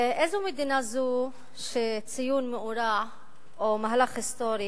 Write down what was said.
איזו מדינה זו שציון מאורע או מהלך היסטורי